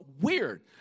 weird